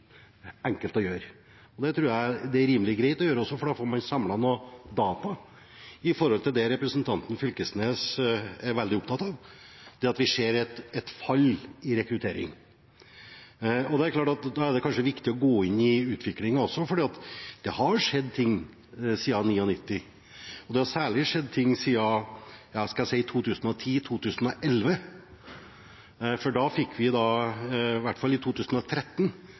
enkelt å gjøre, og det tror jeg det er rimelig greit å gjøre også, for da får man samlet noen data om det representanten Knag Fylkesnes er veldig opptatt av – at vi ser et fall i rekruttering. Da er det kanskje viktig å gå inn i utviklingen, for det har skjedd ting siden 1999, og særlig siden 2010–2011. I 2013 fikk vi i hvert fall et dramatisk fall i antall deltakere i ungdomsfisket. I 2010 var det 145 deltakere, i 2011 var det 168 og i 2015 83 deltakere. Det er